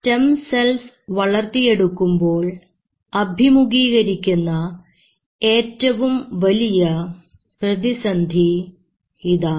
stem cells വളർത്തിയെടുക്കുമ്പോൾ അഭിമുഖീകരിക്കുന്ന ഏറ്റവും വലിയ പ്രതിസന്ധി ഇതാണ്